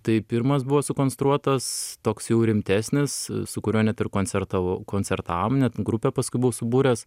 tai pirmas buvo sukonstruotas toks jau rimtesnis su kuriuo net ir koncertavau koncertavom net grupę paskui buvau subūręs